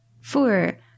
Four